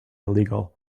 illegal